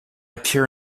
appear